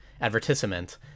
advertisement